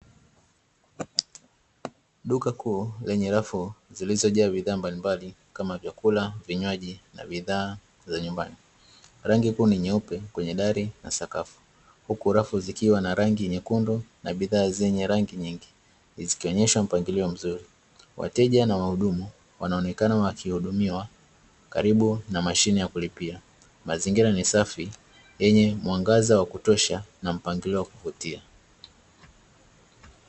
Duka kuu lenye rafu zilizojaa bidhaa mbalimbali kama vyakula, vinywaji na bidhaa za nyumbani. Rangi kuu ni nyeupe kwenye dari na sakafu, huku rafu zikiwa na rangi nyekundu na bidhaa zenye rangi nyingi zikionyesha mpangilio mzuri. Wateja na wahudumu wanaonekana wakihudumiwa karibu na mashine ya kulipia. Mazingira ni safi yenye mwangaza wa kutosha na mpangilio wa kuvutia.